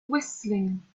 whistling